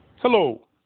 Hello